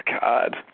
God